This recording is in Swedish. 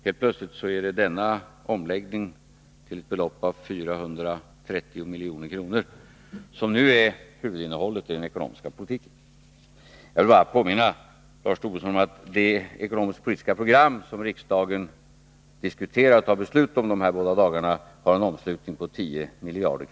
Helt m.m. hållet i den ekonomiska politiken. Jag vill bara påminna Lars Tobisson om att det ekonomisk-politiska program som riksdagen diskuterar och fattar beslut om här i dagarna har en omslutning på 10 miljarder.